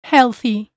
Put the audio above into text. Healthy